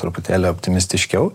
truputėlį optimistiškiau